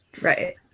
Right